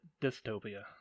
dystopia